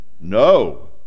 no